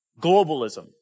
Globalism